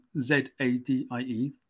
Z-A-D-I-E